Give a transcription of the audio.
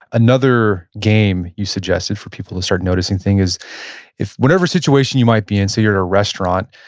another game you suggested for people to start noticing thing is if whatever situation you might be in, say you're at a restaurant.